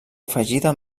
afegida